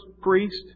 priest